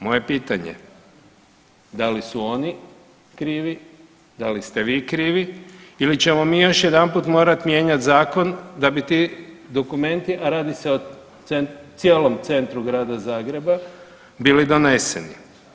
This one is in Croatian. Moje pitanje, da li su oni krivi, da li ste vi krivi ili ćemo mi još jedanput morat mijenjat zakon da bi ti dokumenti, a radi se o cijelom centru Grada Zagreba bili doneseni?